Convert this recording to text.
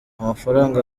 amafaranga